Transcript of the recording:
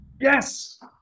Yes